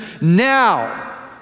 now